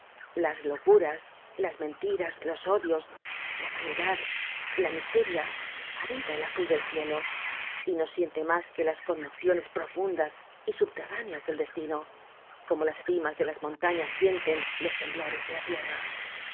las locuras las mentiras los odios la vanidad la miseria habita el azul del cielo y no siente mas que las conmociones profundas y subterráneas del destino como las cimas de las montañas sienten los temblores de tierra